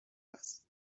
است